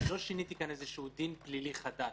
כי לא שיניתי כאן דין פלילי חדש.